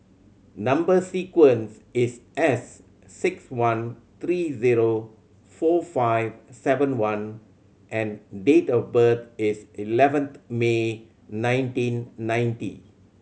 number sequence is S six one three zero four five seven one and date of birth is eleventh May nineteen ninety